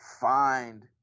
find